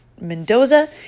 Mendoza